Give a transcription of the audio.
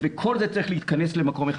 וכל זה צריך להתכנס למקום אחד.